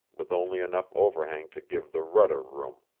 with only enough overhang to give the rudder room.